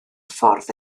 ffordd